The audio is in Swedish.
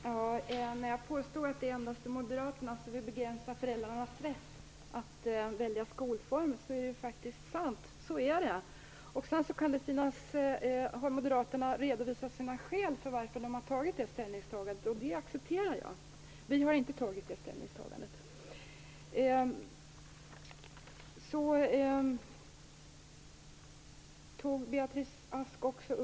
Herr talman! Jag påstår alltså att det är endast Moderaterna som vill begränsa föräldrarnas rätt att välja skolform. Det är sant, för så är det. Moderaterna har redovisat sina skäl för sitt ställningstagande. Det accepterar jag, men vi har inte gjort samma ställningstagande.